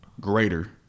greater